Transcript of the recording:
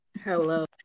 hello